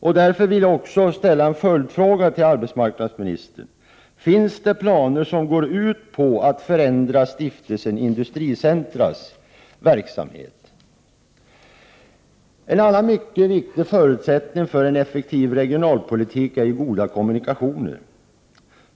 Jag vill av denna anledning ställa en följdfråga till arbetsmarknadsministern: Finns det planer som går ut på att förändra stiftelsen industricentras verksamhet? En annan mycket viktig förutsättning för en effektiv regionalpolitik är ju goda kommunikationer.